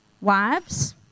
wives